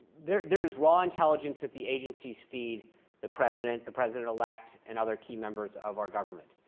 there's there's raw intelligence that the agencies feed the president, the president-elect, and other key members of our government.